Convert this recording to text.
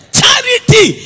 charity